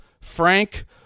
Frank